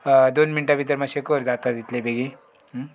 दोन मिनटां भितर मातशें कर जाता तितले बेगी